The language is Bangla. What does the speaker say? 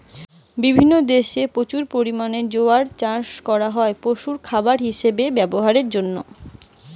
বিভিন্ন দেশে প্রচুর পরিমাণে জোয়ার চাষ করা হয় পশুর খাবার হিসাবে ব্যভারের জিনে